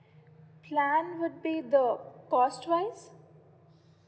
plan would be the cost ones